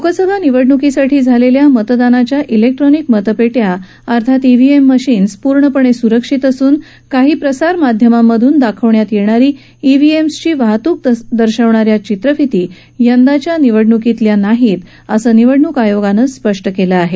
लोकसभा निवडणुकीसाठी झालेल्या मतदानाच्या जैक्ट्रानिक मतपेटया अर्थात ईव्हीएम मशीन्स पूर्णपणे सुरक्षित असून काही प्रसार माध्यमांमधून दाखवण्यात येणारी ईव्हीएम्सची वाहतूक दर्शवण या चित्रफीती यंदाच्या निवडणूकीच्या नाहीत अस निवडणूक आयोगानं स्पष्ट केलं आहे